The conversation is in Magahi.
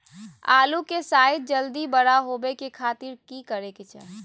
आलू के साइज जल्दी बड़ा होबे के खातिर की करे के चाही?